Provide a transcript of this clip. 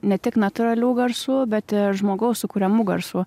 ne tik natūralių garsų bet ir žmogaus sukuriamų garsų